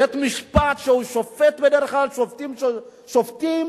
בית-משפט שהשופטים שופטים